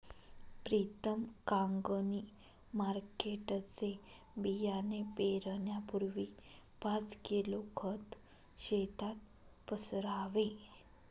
प्रीतम कांगणी मार्केटचे बियाणे पेरण्यापूर्वी पाच किलो खत शेतात पसरावे